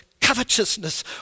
covetousness